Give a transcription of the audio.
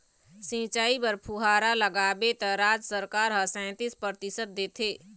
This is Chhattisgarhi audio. सिंचई बर फुहारा लगाबे त राज सरकार ह सैतीस परतिसत देथे